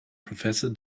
professor